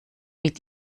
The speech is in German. mit